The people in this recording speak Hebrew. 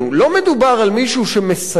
לא מדובר על מישהו שמסייע,